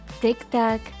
Tic-tac